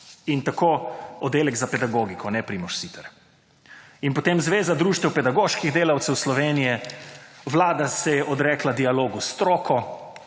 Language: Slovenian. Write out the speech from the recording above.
in tako oddelek za pedagogiko, ali ne Primož Siter? In potem Zveza društev pedagoških delavcev Slovenije, Vlada se je odrekla dialogu s stroko,